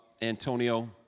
Antonio